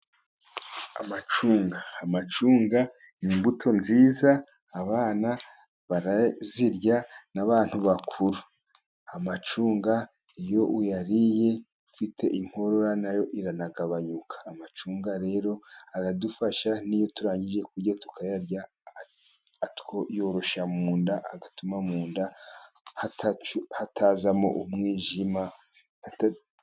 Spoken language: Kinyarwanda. Amacunga, amacunga ni imbuto nziza. Abana barazirya n'abantu bakuru. Amacunga iyo uyariye ufite inkorora na yo iranagabanyuka, amacunga rero aradufasha n'iyo turangije kurya, tukayarya yoroshya mu nda, agatuma mu nda hatazamo umwijima.